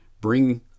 bring